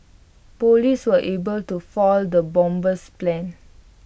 Police were able to foil the bomber's plans